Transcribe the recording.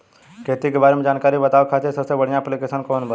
खेती के बारे में जानकारी बतावे खातिर सबसे बढ़िया ऐप्लिकेशन कौन बा?